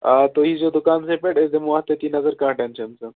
آ تُہۍ ییِٖزو دُکانسٕے پٮ۪ٹھ أسۍ دِمو اَتھ تٔتِے نظر کانٛہہ ٹیٚنشن چھُنہٕ